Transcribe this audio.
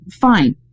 fine